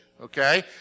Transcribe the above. Okay